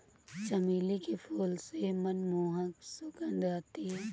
चमेली के फूल से मनमोहक सुगंध आती है